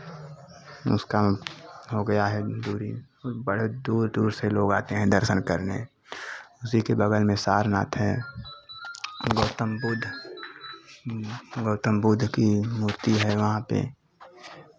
उसका हो गया है दूरी बड़े दूर दूर से लोग आते हैं दर्शन करने उसी के बगल में सारनाथ हैं गौतम बुद्ध गौतम बुद्ध की मूर्ति है वहाँ पे